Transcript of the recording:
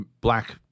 black